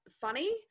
funny